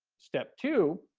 step two,